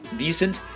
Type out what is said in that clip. decent